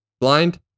blind